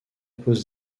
pose